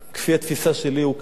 לפי התפיסה שלי, הוא כלי,